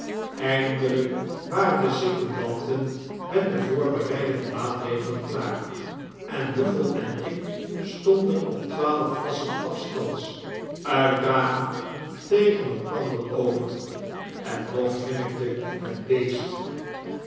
eindelyk waren de secondanten met de voorbereidende maatregelen klaar en huffell en ik stonden op twaalf passen afstands uitdagend tegen elkander over en nbg grinnikte het beest